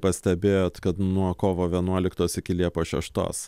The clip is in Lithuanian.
pastebėjot kad nuo kovo vienuoliktos iki liepos šeštos